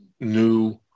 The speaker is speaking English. new